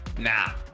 Now